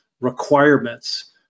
requirements